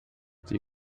die